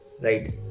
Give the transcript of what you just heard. right